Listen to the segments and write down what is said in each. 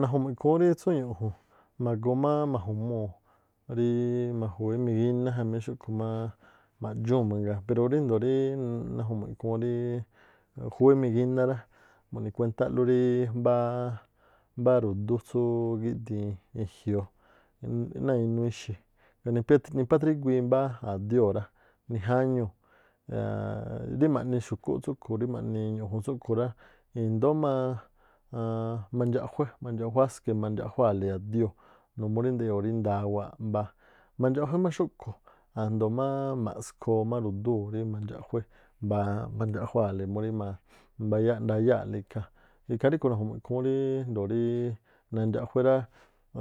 Naju̱mu̱ꞌ ikhúún rí tsú ñu̱ꞌju̱n ma̱goo má ma̱ju̱muu̱ ríí ma̱juwé migíná jamí xúꞌkhu̱ má ma̱ꞌdxuu̱n mangaa pero ríndo̱o ríí naju̱mu̱ꞌ ikhúún ríí júwé migíná rá, mu̱ꞌni̱ kuétáꞌlú ríí mbáá ru̱dú tsú gíꞌdiin e̱jioo̱, náa̱ inuu ixi̱, ni pét nipátríguii mbáá a̱dióo̱ rá, nijáñuu̱ rí ma̱ꞌni̱ xu̱kúꞌ tsúꞌkhu̱, rí maꞌni ñu̱ꞌju̱n tsúkhu̱ rá, i̱ndóó má aan mandxaꞌjué, mandxaꞌjuáske mandxaꞌjuále adióo̱ numuu rí ndeꞌyoo̱ rí ndawaa̱ꞌ mbáá. Mandxaꞌjué má xúꞌkhu̱, a̱jndo̱o má ma̱skhoo má ru̱dúu̱ rí mandxaꞌjué mandxaꞌjuáa̱le má mbaꞌyáa̱ꞌ ndayáa̱ꞌle ikhaa̱, ikhaa ríꞌkhu̱ naju̱mu̱ꞌ ikhúún ríí ríjndo̱o nandxaꞌjué rá,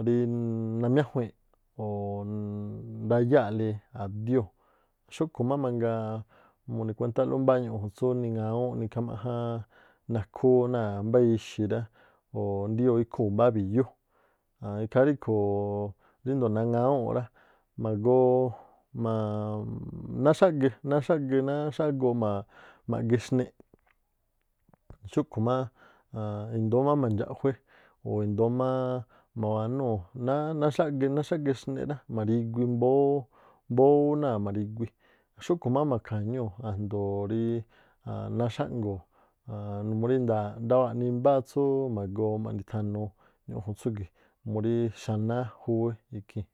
ríí namiájuii̱nꞌ o̱ ndayáa̱li a̱dióo̱, xúꞌkhu̱ má mangaa mu̱ꞌni̱ kuétáꞌlú mbáá ñu̱ꞌju̱n tsúú niŋawúúnꞌ nikhámáꞌjáán nakhúú náa̱ mbá ixi̱ rá o̱ ndiyoo̱ ikhu̱u̱ mbáá bi̱yú aan ikhaa ríkhuu ríndoo̱ naŋawúu̱ṉ rá, ma̱goo náá xáꞌge, náá xágoo ma̱ꞌge xneꞌ. Xúkhu̱ má aan endóó má mandxaꞌjué, o̱ i̱ndóó má ma̱wanúu̱ náá xáꞌge, náá xáꞌge xneꞌ rá ma̱rigui mbóó, mbóó ú náa̱ ma̱rigui, xúꞌkhu̱ má ma̱kha̱ñúu̱ a̱jndo̱o ríí, náá xáꞌngo̱o̱ aan numuu ndaaꞌ ndawáa̱ nimbáá tsúú ma̱goo maꞌni thanuu ñu̱ꞌju̱n tsúgi̱ꞌ. Muríí xaná júwé ikhii̱n.